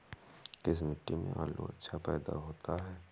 किस मिट्टी में आलू अच्छा पैदा होता है?